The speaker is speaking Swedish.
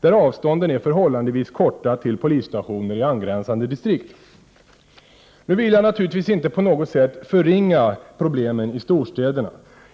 där avstånden är förhållandevis korta till polisstationer i angränsande distrikt. Nu vill jag naturligtvis inte på något sätt förringa problemen i storstäderna.